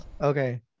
Okay